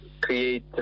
create